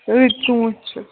رٕتۍ ژوٗنٹھۍ چھِ